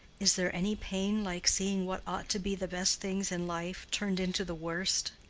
is there any pain like seeing what ought to be the best things in life turned into the worst?